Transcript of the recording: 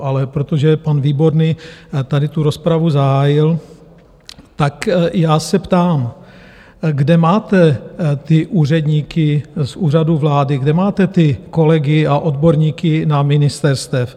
Ale protože pan Výborný tady tu rozpravu zahájil, tak já se ptám: kde máte ty úředníky z Úřadu vlády, kde máte ty kolegy a odborníky na ministerstvech?